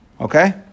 Okay